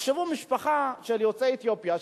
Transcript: תחשבו על משפחה של יוצאי אתיופיה,